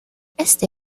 este